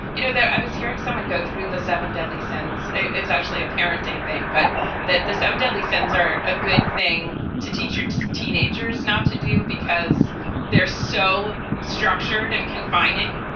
you know, there i was hearing someone go through the seven deadly sins. it's actually a parenting thing, but that the seven deadly sins are a good thing to teach your teenagers not to do because they're so structured and confining.